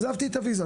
עזבתי את הוויזה.